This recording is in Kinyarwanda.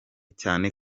cyane